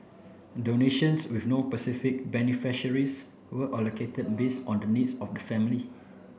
donations with no specific beneficiaries were allocated based on the needs of the family